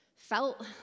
felt